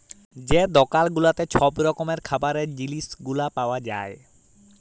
যে দকাল গুলাতে ছব রকমের খাবারের জিলিস গুলা পাউয়া যায়